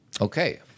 Okay